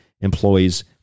employees